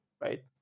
right